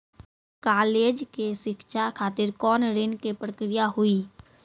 College के शिक्षा खातिर कौन ऋण के प्रक्रिया हुई?